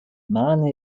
marne